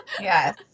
yes